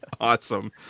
Awesome